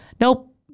Nope